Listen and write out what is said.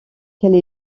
qu’elle